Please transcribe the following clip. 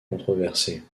controversée